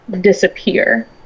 disappear